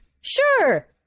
Sure